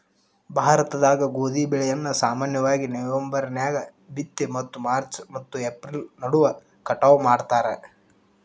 ಭಾರತದಾಗ ಗೋಧಿ ಬೆಳೆಯನ್ನ ಸಾಮಾನ್ಯವಾಗಿ ನವೆಂಬರ್ ನ್ಯಾಗ ಬಿತ್ತಿ ಮತ್ತು ಮಾರ್ಚ್ ಮತ್ತು ಏಪ್ರಿಲ್ ನಡುವ ಕಟಾವ ಮಾಡ್ತಾರ